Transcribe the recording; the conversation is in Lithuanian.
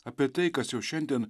apie tai kas jau šiandien